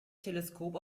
teleskop